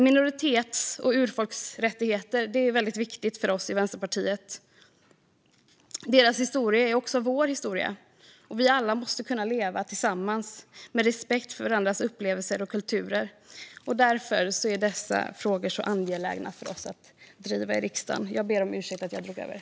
Minoriteters och urfolks rättigheter är väldigt viktiga för oss i Vänsterpartiet. Deras historia är också vår historia. Vi alla måste kunna leva tillsammans med respekt för varandras upplevelser och kulturer. Därför är dessa frågor så angelägna för oss att driva i riksdagen.